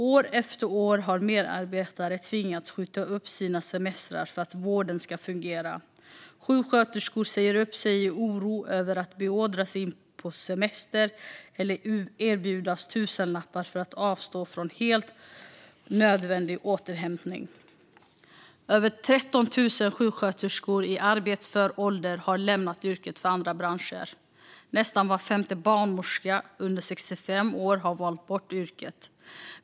År efter år har medarbetare tvingats skjuta upp sina semestrar för att vården ska fungera. Sjuksköterskor säger upp sig i oro över att beordras in på semestern eller erbjudas tusenlappar för att avstå från helt nödvändig återhämtning. Över 13 000 sjuksköterskor i arbetsför ålder har lämnat yrket för andra branscher. Nästan var femte barnmorska under 65 år har valt bort yrket.